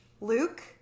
luke